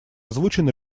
озвучен